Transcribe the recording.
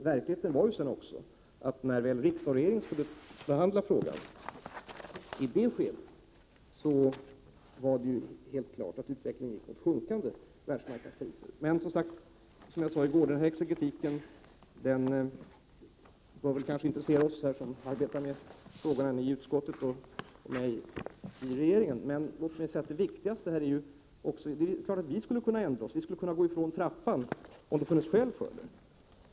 Verkligheten var ju också att när väl riksdag och regering skulle behandla frågan, gick utvecklingen mot sjunkande världsmarknadspriser. Som jag sade i går bör kanske den här exegetiken intressera oss som arbetar med frågorna i utskottet resp. i regeringen. Det är klart att vi skulle kunna ändra oss. Vi skulle kunna gå ifrån trappan, om det funnits skäl för det.